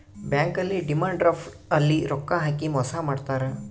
bank ಅಲ್ಲಿ demand draft ಅಲ್ಲಿ ರೊಕ್ಕ ಹಾಕಿ ಮೋಸ ಮಾಡ್ತಾರ